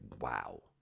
wow